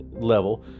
level